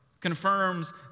confirms